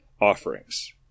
offerings